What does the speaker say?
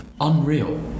Unreal